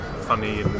funny